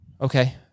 Okay